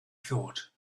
thought